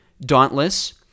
Dauntless